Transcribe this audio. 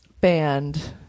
band